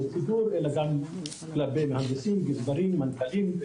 ציבור אלא גם כלפי מהנדסים ומנכ"לים.